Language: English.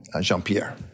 Jean-Pierre